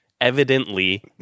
evidently